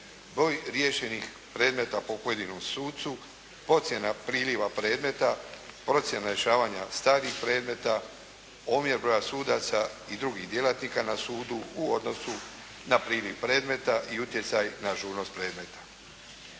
broj riješenih predmeta po pojedinom sucu, ocjena priliva predmeta, procjena rješavanja starih predmeta, omjer broja sudaca i drugih djelatnika na sudu u odnosu na priliv predmeta i utjecaj na ažurnost predmeta.